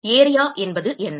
area என்பது என்ன